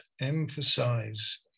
emphasize